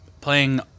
Playing